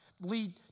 lead